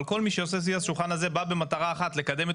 אבל כל מי שיושב סביב השולחן הזה בא במטרה אחת: לקדם את